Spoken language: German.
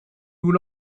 nur